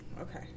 okay